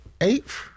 eighth